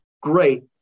Great